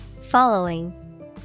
Following